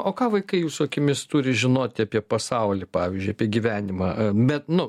o ką vaikai jūsų akimis turi žinoti apie pasaulį pavyzdžiui apie gyvenimą bet nu